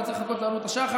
בזה צריך לחכות לעלות השחר.